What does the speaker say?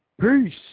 Peace